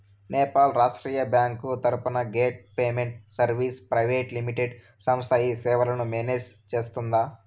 Nepal Rashtriya bank తరపున gate payment services private limited సంస్థ ఈ సేవలను మేనేజ్ సేస్తుందా?